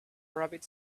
rabbit